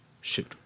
Shoot